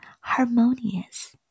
harmonious